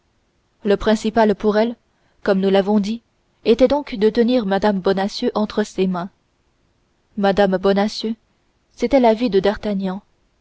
le principal pour elle comme nous l'avons dit était donc de tenir mme bonacieux entre ses mains mme bonacieux c'était la vie de d'artagnan